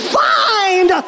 find